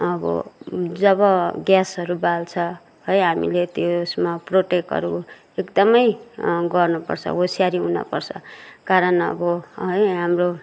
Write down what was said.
अब जब ग्यासहरू बाल्छ है हामीले त्यसमा प्रोटेकहरू एकदमै गर्नुपर्छ होसियारी हुनपर्छ कारण अब है हाम्रो